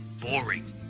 boring